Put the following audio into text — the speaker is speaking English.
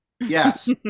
Yes